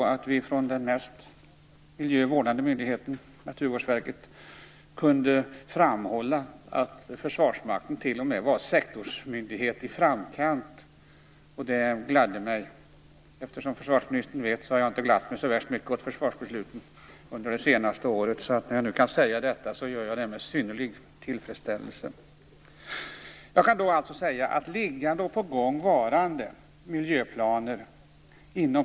Den mest miljövårdande myndigheten, Naturvårdsverket, kunde t.o.m. framhålla att Försvarsmakten var en sektorsmyndighet i framkant, och det gladde mig. Som försvarsministern vet har jag inte glatt mig så värst mycket åt försvarsbesluten under det senaste året, så jag säger därför detta med synnerlig tillfredsställelse.